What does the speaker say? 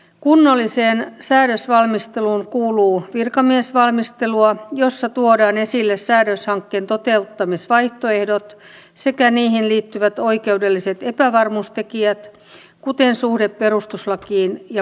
kunnolliseen säädösvalmisteluun kuuluu virkamiesvalmistelua jossa tuodaan esille säädöshankkeen toteuttamisvaihtoehdot sekä niihin liittyvät oikeudelliset epävarmuustekijät kuten suhde perustuslakiin ja muuhun lainsäädäntöön